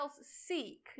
seek